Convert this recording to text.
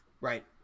right